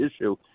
issue